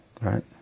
right